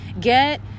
Get